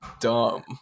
dumb